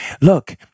look